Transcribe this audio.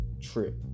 trip